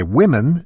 women